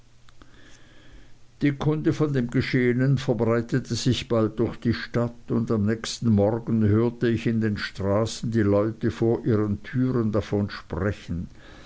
die kunde von dem geschehenen verbreitete sich bald durch die stadt und am nächsten morgen hörte ich in den straßen die leute vor ihren türen davon sprechen